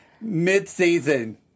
mid-season